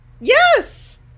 Yes